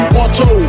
auto